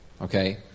Okay